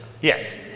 Yes